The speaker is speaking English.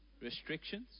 restrictions